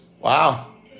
Wow